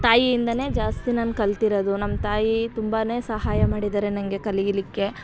ತಾಯಿಯಿಂದಲೇ ಜಾಸ್ತಿ ನಾನು ಕಲಿತಿರೋದು ನಮ್ಮ ತಾಯಿ ತುಂಬನೇ ಸಹಾಯ ಮಾಡಿದ್ದಾರೆ ನನಗೆ ಕಲಿಯಲಿಕ್ಕೆ